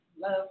love